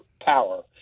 power